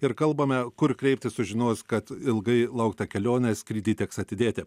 ir kalbame kur kreiptis sužinojus kad ilgai lauktą kelionę skrydį teks atidėti